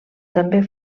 també